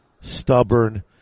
stubborn